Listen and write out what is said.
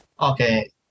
Okay